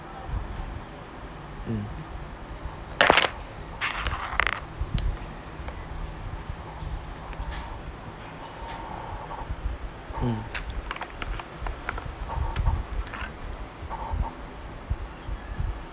mm mm